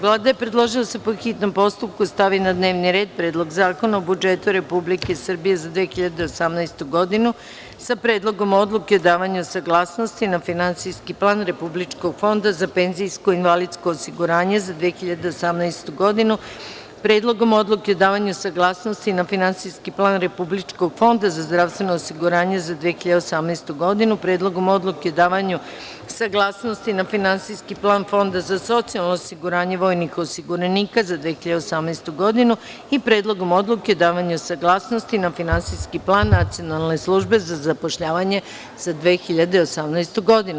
Vlada je predložila da se po hitnom postupku stavi na dnevni red – Predlog zakona o budžetu Republike Srbije za 2018. godinu sa Predlogom odluke o davanju saglasnosti na finansijski plan republičkog fonda za PIO za 2018. godinu; Predlogom odluke o davanju saglasnosti na finansijski plan republičkog Fonda za zdravstveno osiguranje za 2018. godinu; Predlogom odluke o davanju saglasnosti na finansijski plan Fonda za socijalno osiguranje vojnih osiguranika za 2018. godinu i Predlogom odluke o davanju saglasnosti na finansijski plan Nacionalne službe za zapošljavanje za 2018. godinu.